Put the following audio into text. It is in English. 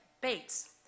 Bates